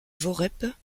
voreppe